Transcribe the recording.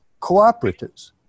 cooperatives